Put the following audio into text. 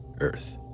earth